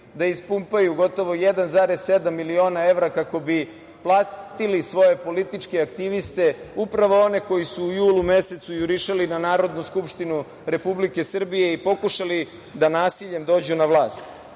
da ispumpaju gotovo 1,7 miliona evra kako bi platili svoje političke aktiviste, upravo one koji su u julu mesecu jurišali na Narodnu skupštinu Republike Srbije i pokušali da nasiljem dođu na vlast.